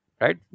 right